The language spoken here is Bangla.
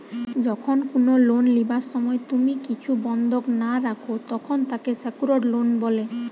যখন কুনো লোন লিবার সময় তুমি কিছু বন্ধক না রাখো, তখন তাকে সেক্যুরড লোন বলে